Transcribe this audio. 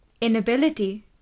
Inability